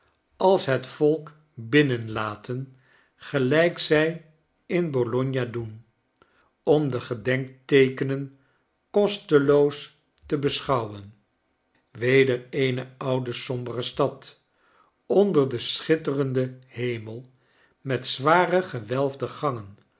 als het volk binnenlaten gelijk zij in bologna doen om de gedenkteekenen kosteloos te beschouwen weder eene oude sombere stad onder den schitterenden hemel met zware gewelfde gangen